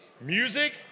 Music